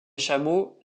chameaux